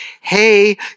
hey